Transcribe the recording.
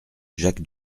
jacques